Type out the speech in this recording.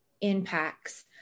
impacts